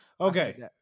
Okay